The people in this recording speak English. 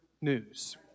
news